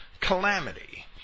calamity